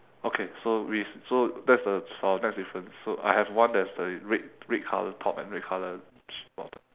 okay so we so that's the our next different so I have one that's the red red colour top and red colour bottoms